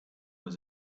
was